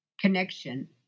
connection